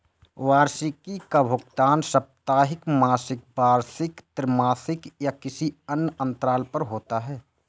वार्षिकी का भुगतान साप्ताहिक, मासिक, वार्षिक, त्रिमासिक या किसी अन्य अंतराल पर होता है